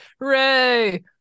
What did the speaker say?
Hooray